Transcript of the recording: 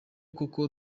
koko